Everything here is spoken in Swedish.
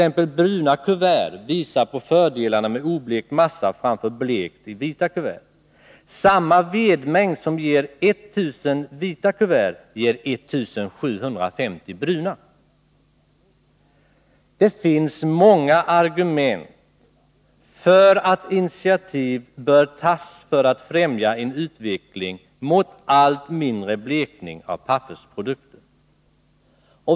T. ex. bruna kuvert visar på fördelarna med oblekt massa, framför blekt i vita kuvert. Samma vedmängd som ger 1 000 vita kuvert ger 1 750 bruna. Det finns många argument för att initiativ bör tas för att främja en utveckling mot allt mindre blekning av pappersprodukter.